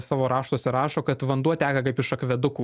savo raštuose rašo kad vanduo teka kaip iš akvedukų